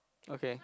okay